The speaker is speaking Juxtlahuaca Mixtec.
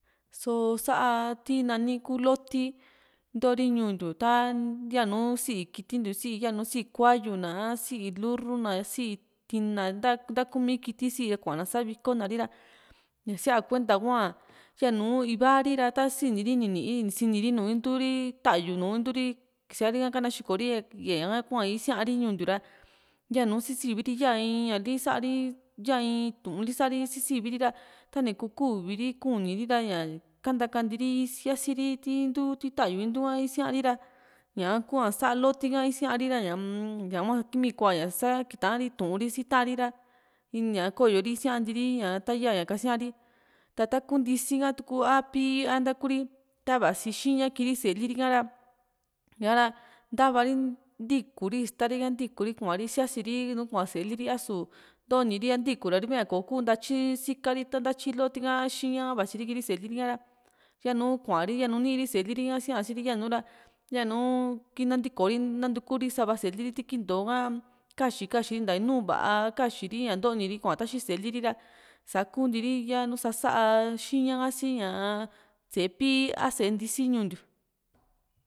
soo saa ti nani ku loti ntori ñuu ntiu ta yanu sii kiti ntiu si´i yanu si´i kuayu na a si´i lurru na si´i tina ntakumi kiti s´i kuana saviko na ri ra ña síaa kuenta hua yanu iva ri ra ta ni sini ri, ní siní´ri nùù intu ti ta´yu nùù inturi ni kisari ka kana xiko ri ra ña´ka hua isíari ñuu ntiu ra yanu sisivi ri yanu in ña li sa´ri ya in Tu'un li sa´ri sisivi ri ra tani kuu uvi ri kuu uni ri ra ñaa kantanti ri siasiri ti ta´yu intu´a isíari ra ñaka hua saa loti ka isíari ra ñaa ñahua kii´n mii kua ña sa kita Tu'un ri si ta´an ri ra ña koyo ri isíanti ri ña taya ña kasiari ta taku ntisi ha tu a pí´i Kuri ta vasi xina kii ri sée li ri´ka ra ña´ra ntava ri ntuuku ri iztari ka ntiku ri kuari siasi ri nùù kua sée liri a´su ntooni ri ra ntikuu ra ri mia kò´o kuu ntatyi sika ri ta ntatyi loti ka, xiña ka vasiri kii´n ri sée li ri´a yanu kuari yanu nii ri sée liri sia´siri ra yanu nantikoo ri nantuku ri sava sée liri kinto´a kaxi kaxi ri nta iinu va´a kaxi ri ña nto´ni taxi ri kuaa sée li ri´ra saa kuu ntiiri yanu sa´sa xiña ha si ñaa sée pí´i a sée ntisi ñuu ntiu